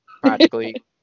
practically